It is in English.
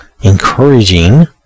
encouraging